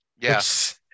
Yes